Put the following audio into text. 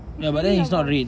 it's many of us